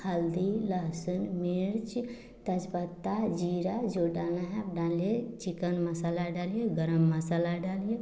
हल्दी लहसून मिर्च तेजपत्ता ज़ीरा जो डालना है आप डालिए चिकन मसाला डालिए गरम मसाला डालिए